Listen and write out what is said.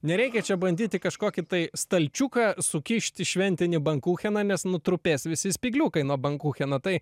nereikia čia bandyt į kažkokį tai stalčiuką sukišti šventinį bankucheną nes nutrupės visi spygliukai nuo bankucheno tai